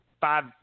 five